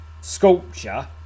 sculpture